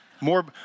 More